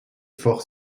fort